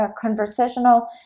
conversational